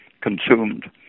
consumed